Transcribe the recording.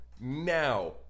now